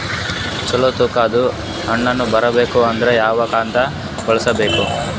ಚಲೋ ತೂಕ ದ ಹಣ್ಣನ್ನು ಬರಬೇಕು ಅಂದರ ಯಾವ ಖಾತಾ ಬಳಸಬೇಕು?